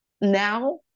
now